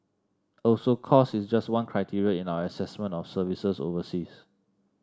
also cost is just one criteria in our assessment of services overseas